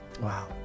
Wow